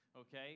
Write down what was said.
okay